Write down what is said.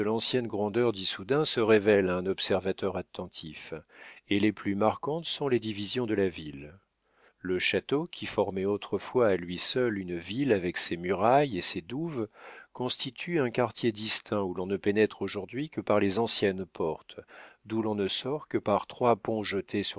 l'ancienne grandeur d'issoudun se révèlent à un observateur attentif et les plus marquantes sont les divisions de la ville le château qui formait autrefois à lui seul une ville avec ses murailles et ses douves constitue un quartier distinct où l'on ne pénètre aujourd'hui que par les anciennes portes d'où l'on ne sort que par trois ponts jetés